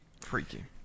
Freaky